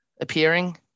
appearing